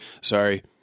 sorry